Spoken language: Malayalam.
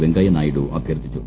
വെങ്കയ്യനായിഡു അഭ്യർത്ഥിച്ചു